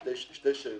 שתי שאלות.